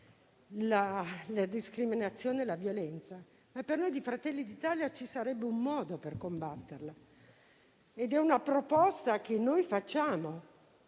la discriminazione e la violenza. Per noi di Fratelli d'Italia ci sarebbe un modo per combatterle, ed è una proposta che ha avanzato